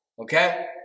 Okay